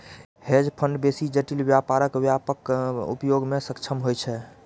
hedge fund बेसी जटिल व्यापारक व्यापक उपयोग मे सक्षम होइ छै